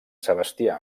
sebastià